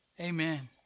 Amen